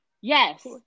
Yes